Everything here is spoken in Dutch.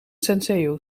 senseo